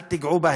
אל תיגעו בהם.